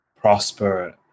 prosper